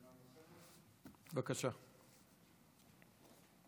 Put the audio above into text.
אפשר שאלת המשך?